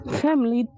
family